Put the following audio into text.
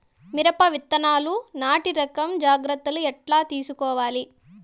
మిరప విత్తనాలు నాటి రకం జాగ్రత్తలు ఎట్లా తీసుకోవాలి?